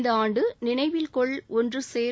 இந்த ஆண்டு நினைவில் கொள் ஒன்று சேர்